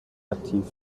aktiv